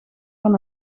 van